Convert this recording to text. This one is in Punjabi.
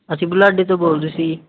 ਅਸੀਂ ਬੁਢਲਾਢਾ ਤੋਂ ਬੋਲਦੇ ਸੀ